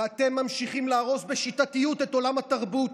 ואתם ממשיכים להרוס בשיטתיות את עולם התרבות.